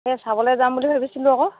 এই চাবলৈ যাম বুলি ভাবিছিলোঁ আকৌ